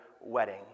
wedding